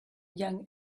young